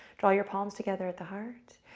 draw your palms together at the heart,